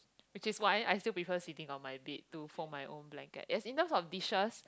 which is why I still prefer sitting on my bed to fold my own blanket yes in terms of dishes